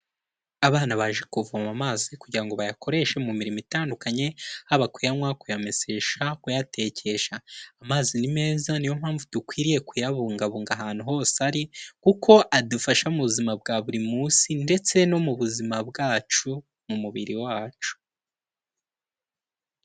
Abana baje kuvoma amazi kugira ngo bayakoreshe mu mirimo itandukanye, haba kuyanywa, kuyamesesha, kuyatekesha, amazi ni meza, ni yo mpamvu dukwiriye kuyabungabunga ahantu hose ari, kuko adufasha mu buzima bwa buri munsi, ndetse no mu buzima bwacu mu mubiri wacu.